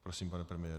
Prosím, pane premiére.